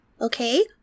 okay